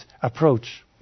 approach